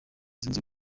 zunze